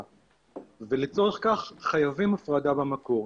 ולצורך כך חייבים הפרדה במקור.